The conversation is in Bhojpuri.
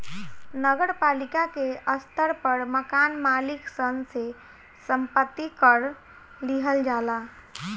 नगर पालिका के स्तर पर मकान मालिक सन से संपत्ति कर लिहल जाला